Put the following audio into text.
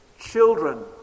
children